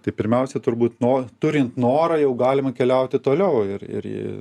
tai pirmiausia turbūt no turint norą jau galima keliauti toliau ir ir